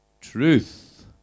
Truth